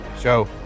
show